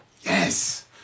yes